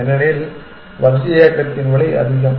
ஏனெனில் வரிசையாக்கத்தின் விலை அதிகம்